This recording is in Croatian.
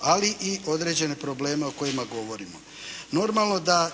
ali i određene probleme o kojima govorimo. Normalno da